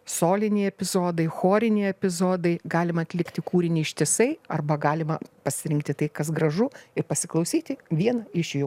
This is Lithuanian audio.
soliniai epizodai choriniai epizodai galima atlikti kūrinį ištisai arba galima pasirinkti tai kas gražu ir pasiklausyti vieną iš jų